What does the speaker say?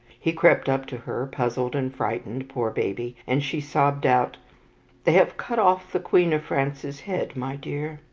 he crept up to her, puzzled and frightened, poor baby, and she sobbed out they have cut off the queen of france's head, my dear.